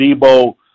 Debo